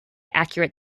accurate